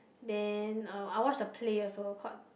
then uh I watch the play also called